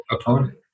opponent